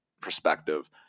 perspective